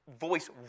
voice